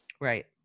Right